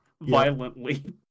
violently